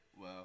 Wow